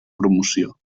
promoció